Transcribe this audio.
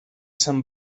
sant